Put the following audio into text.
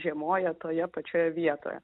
žiemoja toje pačioje vietoje